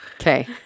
Okay